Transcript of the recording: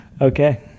Okay